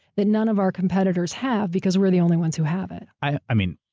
that none of our competitors have because we're the only ones who have it? i i mean,